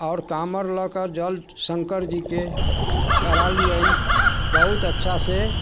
आओर काँवर लऽ के जल शंकर जी के डाललियनि बहुत अच्छासँ